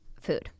food